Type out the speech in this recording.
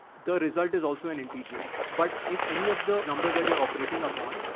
the result is also an integer, but if any of the numbers that you're operating upon,